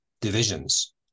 divisions